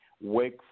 work